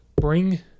bring